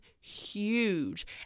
huge